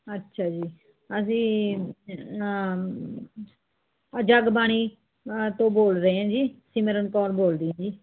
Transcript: ਅੱਛਾ ਜੀ ਅਸੀਂ ਜਗਬਾਣੀ ਤੋਂ ਬੋਲ ਰਹੇ ਹੈ ਜੀ ਸਿਮਰਨ ਕੌਰ ਬੋਲਦੀ ਜੀ